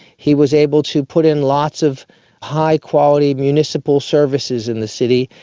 he was able to put in lots of high-quality municipal services in the city,